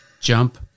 Jump